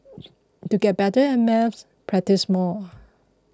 to get better at maths practise more